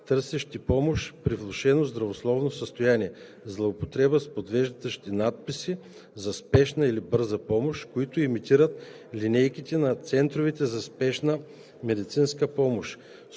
търсещи помощ при влошено здравословно състояние, злоупотребата с подвеждащи надписи за Спешна или Бърза помощ, които имитират линейките на Центровете за спешна медицинска помощ,